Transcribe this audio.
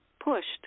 pushed